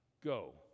Go